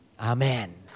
Amen